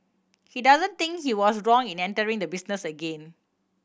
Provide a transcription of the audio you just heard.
he doesn't think he was wrong in entering the business again